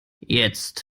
jetzt